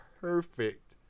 perfect